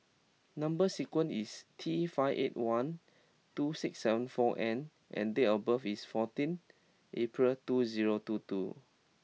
number sequence is T five eight one two six seven four N and date of birth is fourteen April two zero two two